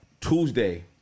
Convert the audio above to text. Tuesday